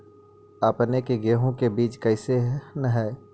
अपने के गेहूं के बीज कैसन है?